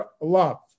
love